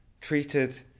treated